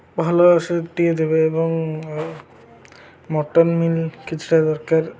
ଭଲ ଦେବେ ଏବଂ ମଟନ ମିଲ୍ କିଛିଟା ଦରକାର